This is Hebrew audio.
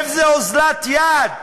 איזה אוזלת יד.